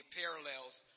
parallels